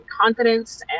confidence